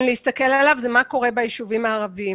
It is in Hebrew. להסתכל עליו זה מה קורה ביישובים הערביים.